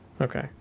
Okay